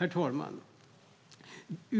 Herr talman!